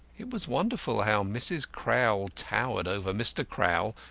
it was wonderful how mrs. crowl towered over mr. crowl,